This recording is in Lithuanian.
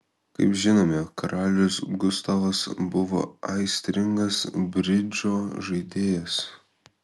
kaip žinome karalius gustavas buvo aistringas bridžo žaidėjas